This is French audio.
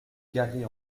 garée